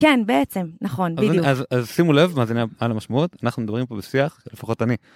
כן בעצם נכון בדיוק. אז שימו לב מאזיני על המשמעות, אנחנו מדברים פה בשיח לפחות אני.